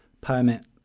permit